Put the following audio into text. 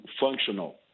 functional